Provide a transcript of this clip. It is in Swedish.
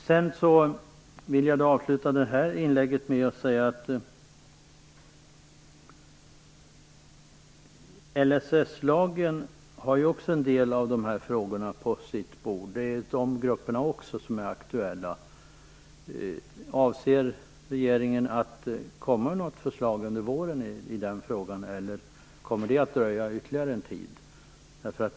Jag vill avsluta det här inlägget med att säga att LSS-lagen också har en del av de här frågorna på sitt bord. Också de grupperna är aktuella. Avser regeringen att komma med något förslag under våren i den frågan, eller kommer det att dröja ytterligare en tid?